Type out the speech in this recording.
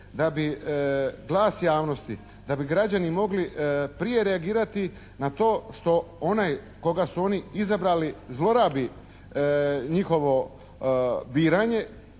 da bi glas javnosti, da bi građani mogli prije reagirati na to što onaj koga su oni izabrali zlorabi njihovo biranje